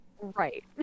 Right